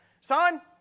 son